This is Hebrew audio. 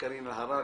קארין אלהרר,